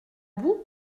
boue